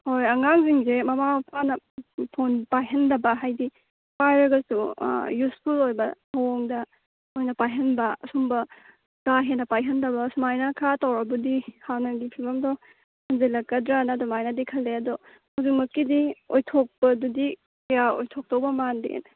ꯍꯣꯏ ꯑꯉꯥꯡꯁꯤꯡꯁꯦ ꯃꯃꯥ ꯃꯄꯥꯅ ꯐꯣꯟ ꯄꯥꯏꯍꯟꯗꯕ ꯍꯥꯏꯗꯤ ꯄꯥꯏꯔꯒꯁꯨ ꯌꯨꯁꯐꯨꯜ ꯑꯣꯏꯕ ꯃꯑꯣꯡꯗ ꯑꯣꯏꯅ ꯄꯥꯏꯍꯟꯕ ꯁꯨꯝꯕ ꯀꯥꯍꯦꯟꯅ ꯄꯥꯏꯍꯟꯗꯕ ꯁꯨꯃꯥꯏꯅ ꯈꯔ ꯇꯧꯔꯕꯨꯗꯤ ꯍꯥꯟꯅꯒꯤ ꯐꯤꯕꯝꯗꯣ ꯍꯟꯖꯤꯜꯂꯛꯀꯗ꯭ꯔꯅ ꯑꯗꯨꯃꯥꯏꯅꯗꯤ ꯈꯜꯂꯦ ꯑꯗꯣ ꯍꯧꯖꯤꯛꯃꯛꯀꯤꯗꯤ ꯑꯣꯏꯊꯣꯛꯄꯗꯨꯗꯤ ꯀꯌꯥ ꯑꯣꯏꯊꯣꯛꯇꯧꯕ ꯃꯥꯟꯗꯦꯅꯦ